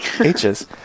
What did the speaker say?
h's